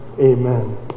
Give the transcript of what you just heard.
Amen